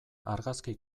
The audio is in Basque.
argazki